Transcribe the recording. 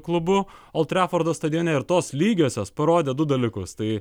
klubu oltriafordo stadione ir tos lygiosios parodė du dalykus tai